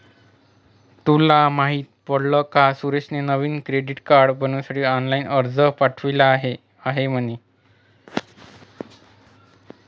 तुला माहित पडल का सुरेशने नवीन क्रेडीट कार्ड बनविण्यासाठी ऑनलाइन अर्ज पाठविला आहे म्हणे